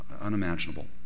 unimaginable